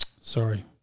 Sorry